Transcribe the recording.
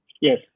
Yes